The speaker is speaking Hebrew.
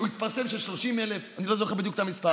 התפרסם ש-30,000, אני לא זוכר את המספר.